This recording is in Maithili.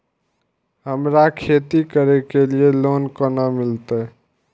हमरा खेती करे के लिए लोन केना मिलते?